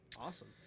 Awesome